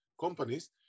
companies